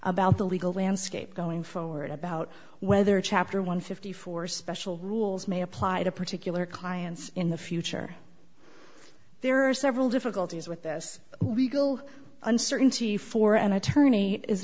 about the legal landscape going forward about whether chapter one fifty four special rules may apply to particular clients in the future there are several difficulties with this legal uncertainty for an attorney i